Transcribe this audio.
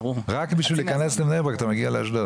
רק בשביל להיכנס לבני ברק, אתה מגיע לאשדוד.